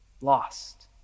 lost